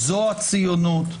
זו הציונות,